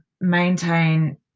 maintain